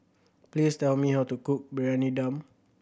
please tell me how to cook Briyani Dum